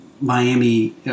Miami